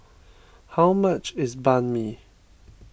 how much is Banh Mi